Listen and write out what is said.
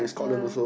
yeah